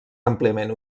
àmpliament